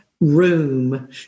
room